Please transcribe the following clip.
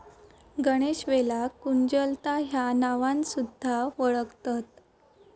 गणेशवेलाक कुंजलता ह्या नावान सुध्दा वोळखतत